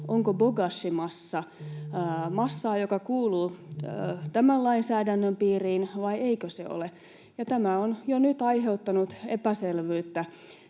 onko bokashi-massa massaa, joka kuuluu tämän lainsäädännön piiriin, vai eikö se ole. Tämä on jo nyt aiheuttanut epäselvyyttä,